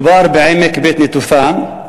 מדובר בעמק בית-נטופה,